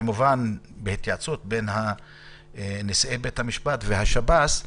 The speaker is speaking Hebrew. כמובן בהתייעצות בין נשיאי בתי המשפט והשב"ס,